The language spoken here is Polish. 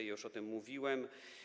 Już o tym mówiłem.